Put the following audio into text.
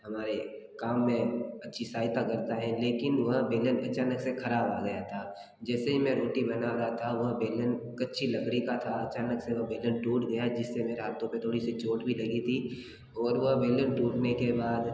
हमारे काम में अच्छी सहायता करता है लेकिन वह बेलन अचानक से खराब हो गया था जैसे ही मैं रोटी बना रहा था वह बेलन कच्ची लकड़ी का था अचानक से वह बेलन टूट गया जिससे मेरे हाथों पे थोड़ी सी चोट भी लगी थी और वह बेलन टूटने के बाद